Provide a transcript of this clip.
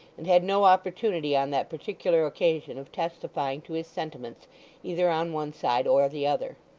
and had no opportunity on that particular occasion of testifying to his sentiments either on one side or the other.